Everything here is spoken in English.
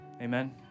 Amen